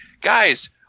guys